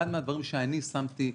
אחד הדברים שאני שמתי,